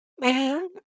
Man